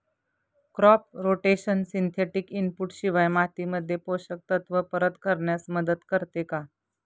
Crop rotation synthetic input शिवाय मातीमध्ये पोषक तत्त्व परत करण्यास मदत करते का?